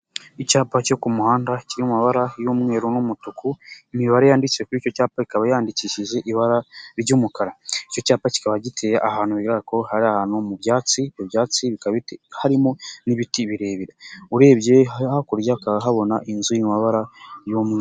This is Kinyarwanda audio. Icyapa cyo ku muhanda kiriamabara y'umweru n'umutuku, imibare yanditse kuri icyo cyapa ikaba yandikishije ibara ry'umukara, icyo cyapa kikaba giteye ahantura bigaraga ko ari ahantu mu byatsi, ibyatsi harimo n'ibiti birebire urebye hakurya ukaba uhabona inzu iri mu mabara y'umweru.